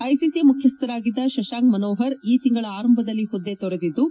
ICC ಮುಖ್ಯಸ್ಲರಾಗಿದ್ದ ಶಶಾಂಕ್ ಮನೋಪರ್ ಈ ತಿಂಗಳ ಆರಂಭದಲ್ಲಿ ಹುದ್ದೆ ತೊರೆದಿದ್ದು